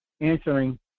answering